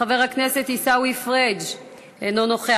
חבר הכנסת עיסאווי פריג' אינו נוכח,